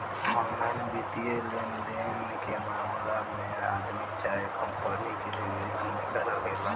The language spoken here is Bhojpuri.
ऑनलाइन वित्तीय लेनदेन के मामला में आदमी चाहे कंपनी के जरूरी भूमिका रहेला